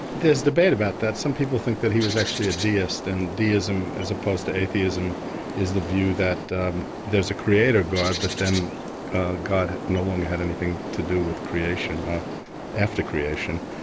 there's debate about that. some people think that he was actually a deist, and deism, as opposed to atheism is the view that there's a creator there but then god, no-one had anything to do with creation after creation.